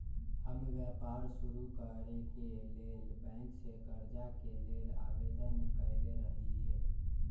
हम व्यापार शुरू करेके लेल बैंक से करजा के लेल आवेदन कयले रहिये